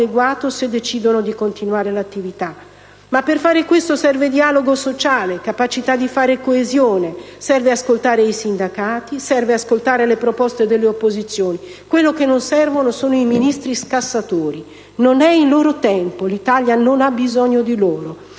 se decidono di continuare l'attività. Ma, per far questo serve dialogo sociale, capacità di fare coesione, serve ascoltare i sindacati e le proposte delle opposizioni. Quello che non serve sono i Ministri scassatori: non è il loro tempo; l'Italia non ha bisogno di loro.